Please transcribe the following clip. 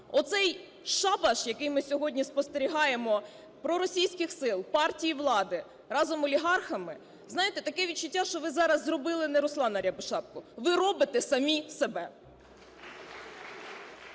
Оцей шабаш, який ми сьогодні спостерігаємо, проросійських сил, партії влади разом з олігархами, знаєте, таке відчуття, що ви зараз зробили не Руслана Рябошапку, ви робите самі себе.